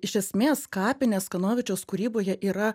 iš esmės kapinės kanovičiaus kūryboje yra